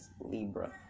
Libra